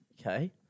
okay